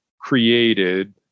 created